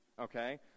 okay